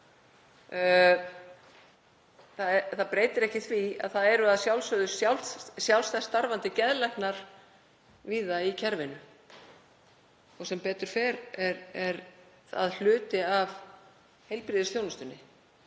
Það breytir ekki því að það eru að sjálfsögðu sjálfstætt starfandi geðlæknar víða í kerfinu og sem betur fer er það hluti af heilbrigðisþjónustunni.